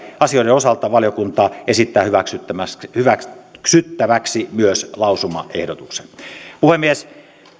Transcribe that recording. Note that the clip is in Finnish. asioiden osalta valiokunta esittää hyväksyttäväksi hyväksyttäväksi myös lausumaehdotuksen puhemies